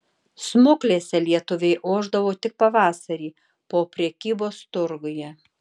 smuklėse lietuviai ošdavo tik pavasarį po prekybos turguje